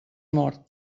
mort